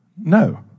No